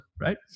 right